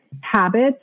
habits